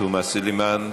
תומא סלימאן,